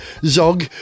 Zog